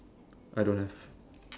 I don't have